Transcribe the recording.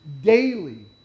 daily